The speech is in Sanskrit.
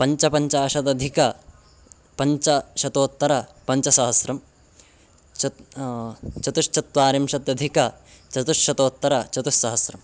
पञ्चपञ्चाशदधिक पञ्चशतोत्तरपञ्चसहस्रं चत् चतुश्चत्वारिंशत्यधिक चतुश्शतोत्तरचतुस्सहस्रम्